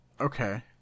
Okay